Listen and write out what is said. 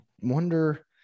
wonder